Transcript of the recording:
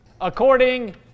according